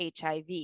HIV